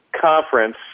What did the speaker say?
conference